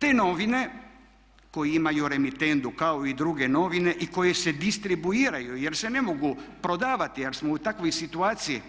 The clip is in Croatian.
Te novine koje imaju remitendu kao i druge novine i koje se distribuiraju jer se ne mogu prodavati jer smo u takvoj situaciji